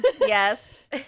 yes